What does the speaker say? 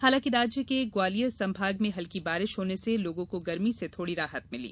हालांकि राज्य के ग्वालियर संभाग में हल्की बारिश होने से लोगों को गरमी से थोड़ी राहत मिली